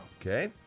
Okay